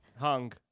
Hung